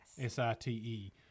s-i-t-e